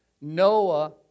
Noah